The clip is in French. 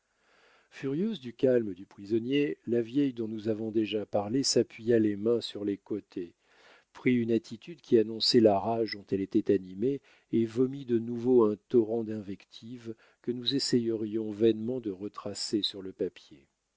furieuse du calme du prisonnier la vieille dont nous avons déjà parlé s'appuya les mains sur les côtés prit une attitude qui annonçait la rage dont elle était animée et vomit de nouveau un torrent d'invectives que nous essaierions vainement de retracer sur le papier